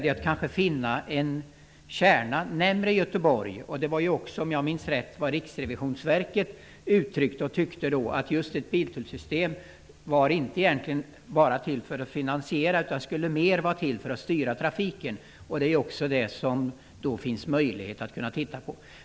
Det gäller kanske att finna en kärna närmare Göteborg. Det var ju också, om jag minns rätt, vad Riksrevisionsverket tyckte. Ett biltullsystem var inte bara till för att finansiera. Det skulle mer vara till för att styra trafiken. Det finns möjlighet att titta på det också.